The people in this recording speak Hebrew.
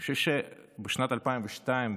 אני חושב שבשנת 2002,